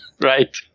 right